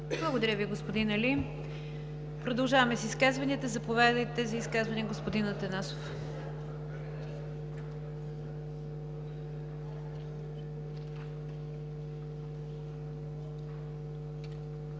Благодаря Ви, господин Али. Продължаваме с изказванията. Заповядайте за изказване, господин Атанасов.